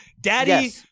daddy –